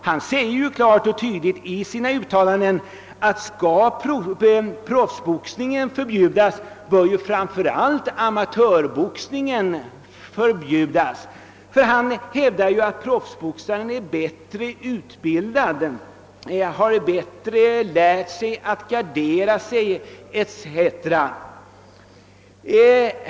Denne säger klart och tydligt i sina uttalanden, att om proffsboxningen skall förbjudas, bör även amatörboxningen förbjudas. Han hävdar nämligen att proffsboxaren är mer utbildad, har lärt sig att gardera sig bättre än amatörboxaren etc.